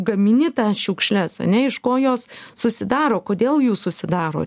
gamini tas šiukšles ane iš ko jos susidaro kodėl jų susidaro